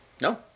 No